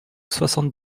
soixante